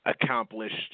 accomplished